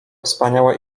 wspaniałe